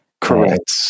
Correct